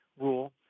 rule